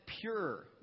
pure